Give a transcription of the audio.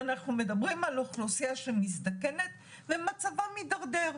אנחנו מדברים על אוכלוסייה מזדקנת, ומצבה מידרדר.